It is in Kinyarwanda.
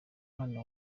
umwana